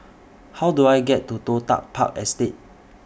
How Do I get to Toh Tuck Park Estate